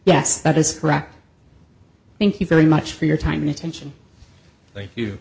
yes that is correct thank you very much for your time and attention t